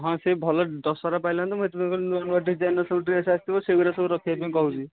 ହଁ ସେ ଭଲ ଦଶହରା ପାଇଲାଣି ନା ମୁଁ ସେଥିପାଇଁ କହିଲି ନୂଆ ନୂଆ ଡିଜାଇନର ସବୁ ଡ୍ରେସ୍ ଆସିବା ସେଗୁଡ଼ା ସବୁ ରଖିବା ପାଇଁ କହୁଛି